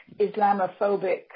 Islamophobic